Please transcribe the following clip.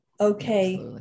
Okay